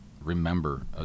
remember